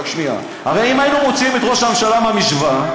הרי אם היינו מוציאים את ראש הממשלה מהמשוואה,